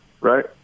right